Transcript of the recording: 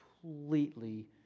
completely